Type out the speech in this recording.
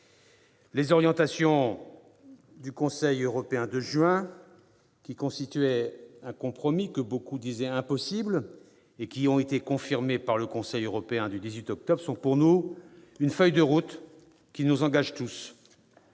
Les orientations du Conseil européen de juin, qui constituaient un compromis que beaucoup disaient impossible et qui ont été confirmées par le Conseil européen du 18 octobre dernier, sont pour nous une feuille de route qui nous engage tous.